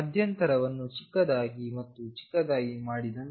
ಮಧ್ಯಂತರವನ್ನು ಚಿಕ್ಕದಾಗಿ ಮತ್ತು ಚಿಕ್ಕದಾಗಿ ಮಾಡಿದಂತೆ